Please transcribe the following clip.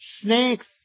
snakes